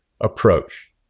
approach